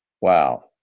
wow